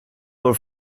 for